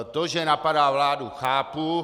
To, že napadá vládu, chápu.